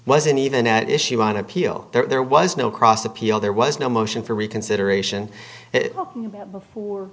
wasn't even at issue on appeal there was no cross appeal there was no motion for reconsideration before